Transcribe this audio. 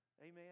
Amen